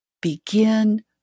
begin